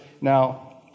Now